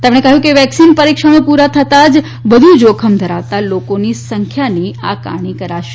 તેમણે કહયું કે વેકસીન પરીક્ષણો પુરા થતાં જ હાઇ રીસ્કવાળા લોકોની સંખ્યાની આકારણી કરાશે